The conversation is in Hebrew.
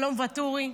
שלום, ואטורי,